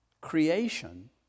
creation